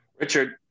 Richard